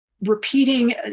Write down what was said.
repeating